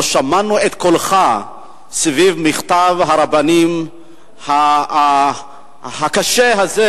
לא שמענו את קולך סביב מכתב הרבנים הקשה הזה,